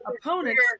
opponents